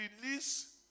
release